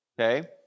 okay